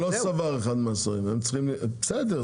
לא סבר אחד מהשרים, בסדר.